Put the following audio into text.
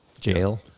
Jail